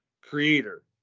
creator